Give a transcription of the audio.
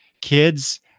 kids